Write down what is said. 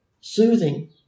soothing